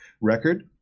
record